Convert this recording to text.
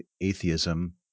atheism